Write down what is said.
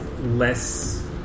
less